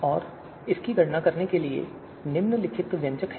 और इसकी गणना करने के लिए निम्नलिखित व्यंजक है